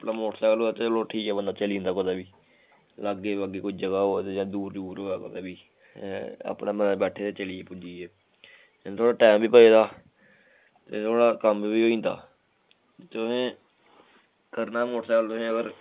अपना मोटरसैकल होऐ ते चलो ठीक ऐ बंदा चली जंदा कुदै बी लागे बागै कोई जगह होऐ ते जां दूर दूर होऐ कुदै बी ऐं अपने मजें बैठे ते चली गे पुज्जी गे थोह्ड़ा टैम बी बचे दा ते थुआढ़ा कम्म बी होई जंदा तुसें करना मोटरसैकल तुसें अगर